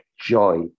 joy